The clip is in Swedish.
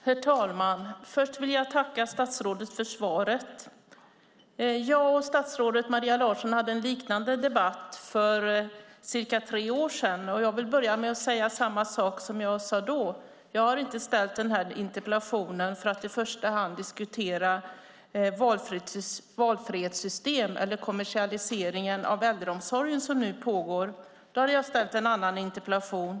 Herr talman! Först vill jag tacka statsrådet för svaret. Jag och statsrådet Maria Larsson hade en liknande debatt för cirka tre år sedan, och jag vill börja med att säga samma sak som jag sade då, nämligen att jag inte har ställt interpellationen för att i första hand diskutera valfrihetssystem eller kommersialiseringen av äldreomsorgen som nu pågår. Då hade jag ställt en annan interpellation.